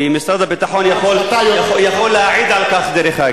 ומשרד הביטחון יכול להעיד על כך, דרך אגב.